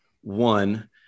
one